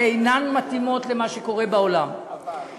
שאינן מתאימות למה שקורה בעולם,